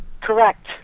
correct